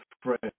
friend